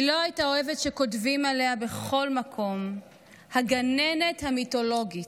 היא לא הייתה אוהבת שכותבים עליה בכל מקום 'הגננת המיתולוגית'.